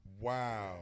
wow